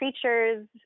creatures